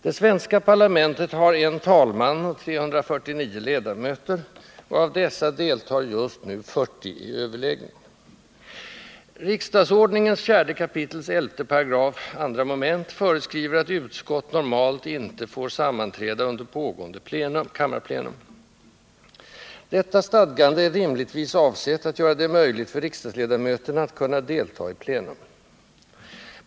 Det svenska parlamentet har en talman och 349 ledamöter. Av dessa deltar just nu 40 i överläggningen. Riksdagsordningens 4 kap. 11 § 2 mom. föreskriver att utskott normalt inte får sammanträda under pågående kammarplenum. Detta stadgande är rimligtvis avsett att göra det möjligt för riksdagsledamöterna att kunna delta i plenum.